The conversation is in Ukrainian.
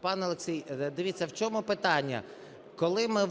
Пане Олексію, дивіться, в чому питання. Коли ми